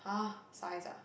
!huh! Science ah